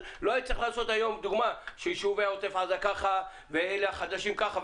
לא היה צריך לעשות היום שיישובי העוטף כך ואלה החדשים כך,